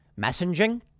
messaging